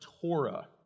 Torah